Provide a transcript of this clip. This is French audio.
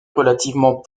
relativement